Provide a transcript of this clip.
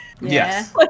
Yes